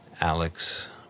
Alex